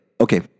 Okay